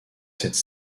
cette